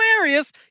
hilarious